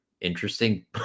interesting